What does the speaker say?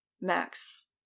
Max